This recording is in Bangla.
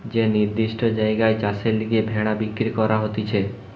যে নির্দিষ্ট জায়গায় চাষের লিগে ভেড়া বিক্রি করা হতিছে